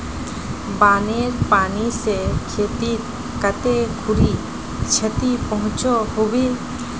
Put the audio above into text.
बानेर पानी से खेतीत कते खुरी क्षति पहुँचो होबे?